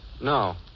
No